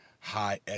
high